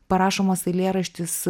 parašomas eilėraštis